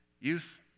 Youth